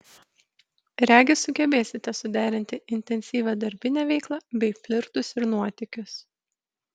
regis sugebėsite suderinti intensyvią darbinę veiklą bei flirtus ir nuotykius